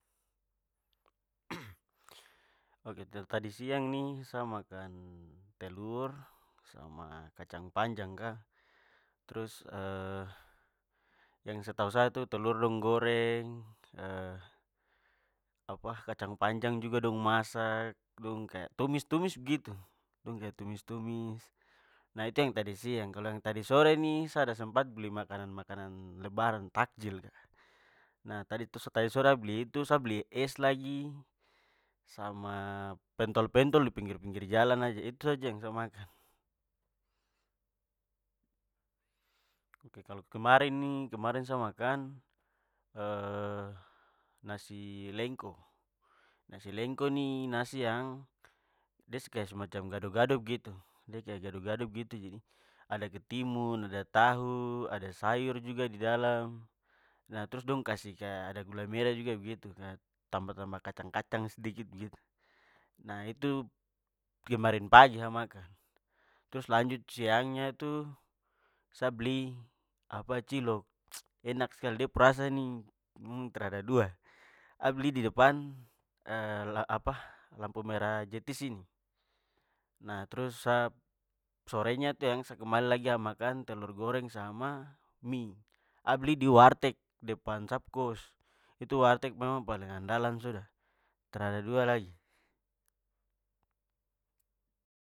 ok dari tadi siang nih sa makan telur sama kacang panjang ka. Trus yang setau saya tu telur dong goreng, apa kacang panjang juga dong masak, dong kaya tumis-tumis begitu dong kaya tumis-tumis-. Nah, itu yang tadi siang. Kalo yang tadi sore nih, sa ada sempat beli makanan-makanan lebaran, takjil ka. Nah, tadi sore sa beli itu, sa beli es lagi, sama pentol-pentol di pinggir-pinggir jalan aja. Itu saja yang sa makan. Ok kalo kemarin nih, kemarin sa makan nasi lengko. Nasi lengko nih, nasi yang de su kaya su macam gado-gado begitu de kaya gado-gado begitu- jadi ada ketimun, ada tahu, ada sayur juga didalam, nah trus dong kasih kaya ada gula merah juga begitu ka, tambah-tambah kacang-kacang sedikit begitu. Nah itu kemarin pagi sa makan. Trus lanjut siangnya tu, sa bli apa cilok enak skali! De pu rasa nih trada dua. Sa bli di depan apa lampu merah apa jetis sini. Nah trus sa sorenya tu yang sa kembali lagi sa makan telur goreng sama mie. Sa bli di warteg depan sa pu kost. Itu warteg memang paling andalan sudah trada dua lagi.